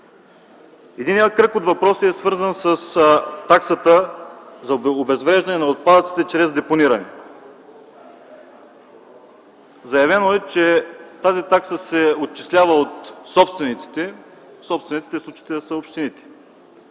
Единият кръг от въпроси е свързан с таксата за обезвреждане на отпадъците чрез депониране. Заявено е, че тази такса се отчислява от собствениците. Собствениците в случая са общините.